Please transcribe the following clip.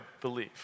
believe